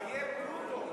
איפה פלוטו?